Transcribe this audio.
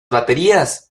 baterías